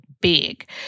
big